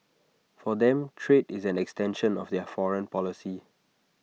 for them trade is an extension of their foreign policy